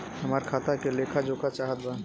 हमरा खाता के लेख जोखा चाहत बा?